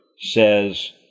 says